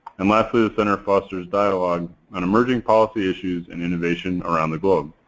and lastly, the center fosters dialog on emerging policy issues and innovation around the globe.